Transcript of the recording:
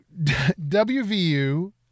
WVU